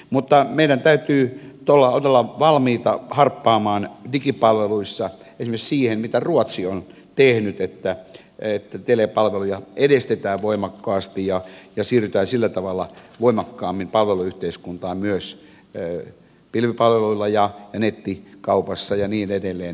mutta meidän täytyy todella olla valmiita harppaamaan digipalveluissa esimerkiksi siihen mitä ruotsi on tehnyt että telepalveluja edistetään voimakkaasti ja siirrytään sillä tavalla voimakkaammin palveluyhteiskuntaan myös pilvipalveluilla ja nettikaupassa ja niin edelleen